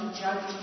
judge